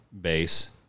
base